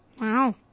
Wow